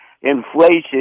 inflation